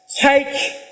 take